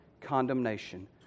condemnation